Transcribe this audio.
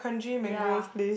ya